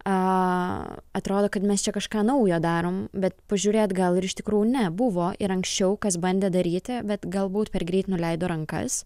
a atrodo kad mes čia kažką naujo darom bet pažiūri atgal ir iš tikrųjų ne buvo ir anksčiau kas bandė daryti bet galbūt per greit nuleido rankas